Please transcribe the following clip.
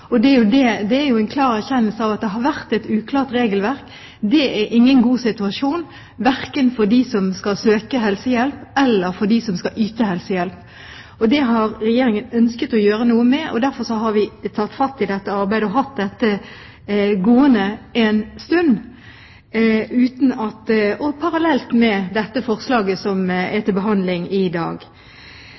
Det er jo en klar erkjennelse av at det har vært et uklart regelverk. Dette er ingen god situasjon, verken for dem som skal søke helsehjelp eller for dem som skal yte helsehjelp. Det har Regjeringen ønsket å gjøre noe med. Derfor har vi tatt fatt i dette arbeidet, hatt det gående en stund, parallelt med det forslaget som er til behandling i dag.